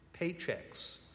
paychecks